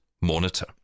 monitor